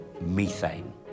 methane